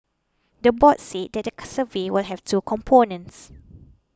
the board said that the survey will have two components